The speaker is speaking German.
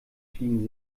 fliegen